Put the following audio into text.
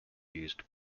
used